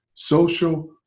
Social